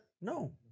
No